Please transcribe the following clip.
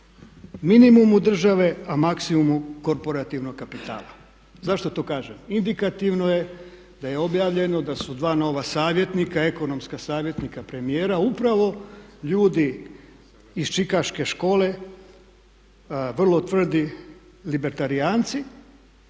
minimumu države a maksimumu korporativnog kapitala. Zašto to kažem? Indikativno je da je objavljeno da su dva nova savjetnika, ekonomska savjetnika premijera upravo ljudi iz čikaške škole vrlo tvrdi libertarijanci.